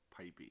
Pipey